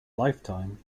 lifetime